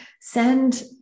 send